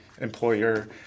employer